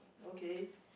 okay